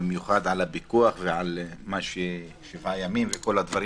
ובמיוחד על הפיקוח, שבעה ימים וכו'.